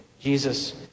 jesus